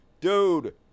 Dude